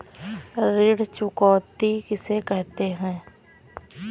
ऋण चुकौती किसे कहते हैं?